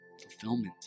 fulfillment